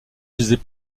faisait